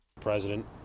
President